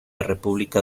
república